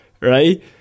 Right